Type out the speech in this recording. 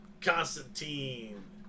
Constantine